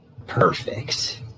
Perfect